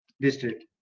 district